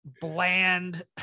bland